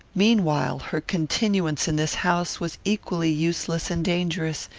meanwhile her continuance in this house was equally useless and dangerous,